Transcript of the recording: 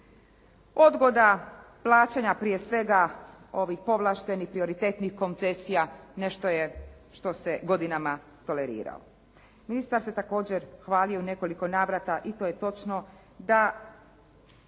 Odgoda plaćanja prije svega ovih povlaštenih prioritetnih koncesija nešto je što se godinama toleriralo. Ministar se također hvalio u nekoliko navrata i to je točno da